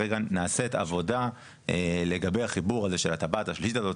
נעשית עבודה לגבי החיבור של הטבעת השלישית הזאת,